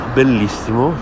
bellissimo